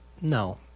No